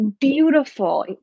beautiful